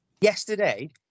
Yesterday